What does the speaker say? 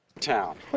Town